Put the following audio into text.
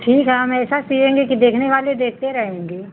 ठीक है हम ऐसा सियेंगे कि देखने वाले देखते रहेंगे